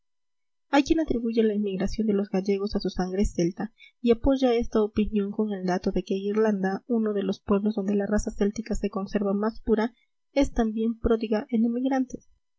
quien atribuye la emigración de los gallegos a su sangre celta y apoya esta opinión con el dato de que irlanda uno de los pueblos donde la raza céltica se conserva más pura es también pródiga en emigrantes